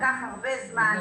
לקח הרבה זמן.